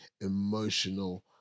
emotional